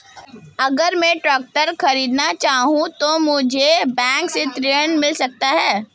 अगर मैं ट्रैक्टर खरीदना चाहूं तो मुझे बैंक से ऋण मिल सकता है?